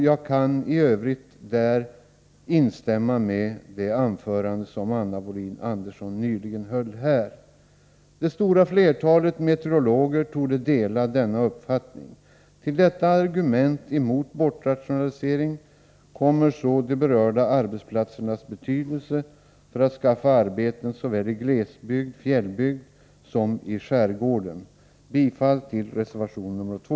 Jag kan i övrigt instämma i det anförande som Anna Wohlin-Andersson nyss höll. Det stora flertalet meteorologer torde dela denna uppfattning. Till detta argument mot bortrationalisering kommer de berörda arbetsplatsernas betydelse för att skaffa arbeten såväl i glesbygd/fjällbygd som i skärgården. Jag yrkar bifall till reservation 2.